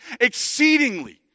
exceedingly